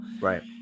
right